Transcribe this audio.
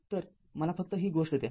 तर मला फक्त ही गोष्ट द्या